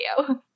video